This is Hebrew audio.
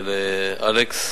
ולאלכס,